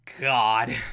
God